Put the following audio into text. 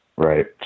Right